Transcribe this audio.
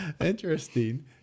Interesting